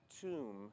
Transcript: tomb